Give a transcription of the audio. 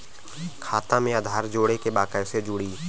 खाता में आधार जोड़े के बा कैसे जुड़ी?